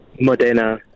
Modena